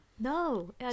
No